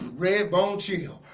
redbone chill